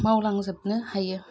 मावलांजोबनो हायो